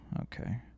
okay